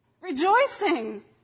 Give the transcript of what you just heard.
rejoicing